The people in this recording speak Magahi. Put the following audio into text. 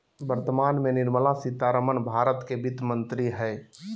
वर्तमान में निर्मला सीतारमण भारत के वित्त मंत्री हइ